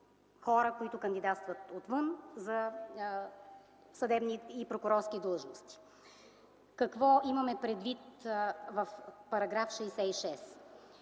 хора, които кандидатстват отвън за съдебни и прокурорски длъжности. Какво имаме предвид в § 66?